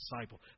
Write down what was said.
disciple